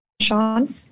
Sean